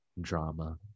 drama